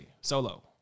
Solo